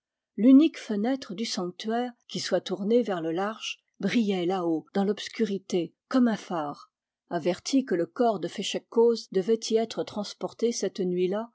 l'unique fenêtre du sanctuaire qui soit tournée vers le large brillait là-haut dans l'obscurité comme un phare avertis que le corps de féchec coz devait y être transporté cette nuit-là